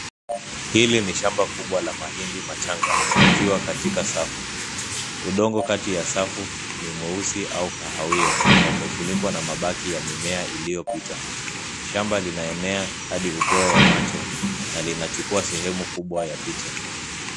Hili ni shamba kubwa la mahindi machanga yakiwa katika safu. Udongo kati ya safu ni mweusi au kahawia na umefunikwa na mbaki ya mimea iliyopita. Shamba linaenea hadi upeo wa macho na linachukua sehemu kubwa ya picha.